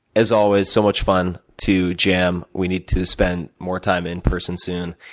as always, so much fun to jam, we need to spend more time in person soon,